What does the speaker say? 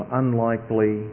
unlikely